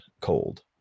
cold